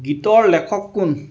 গীতৰ লেখক কোন